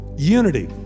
Unity